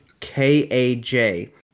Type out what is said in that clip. k-a-j